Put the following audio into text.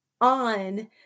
on